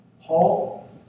Paul